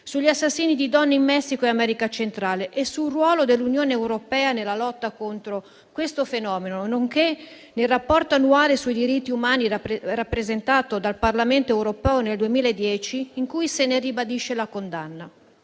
sugli assassini di donne in Messico e America centrale e sul ruolo dell'Unione europea nella lotta contro questo fenomeno, nonché nel rapporto annuale sui diritti umani rappresentato dal Parlamento europeo nel 2010, in cui se ne ribadisce la condanna.